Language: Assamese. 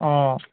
অঁ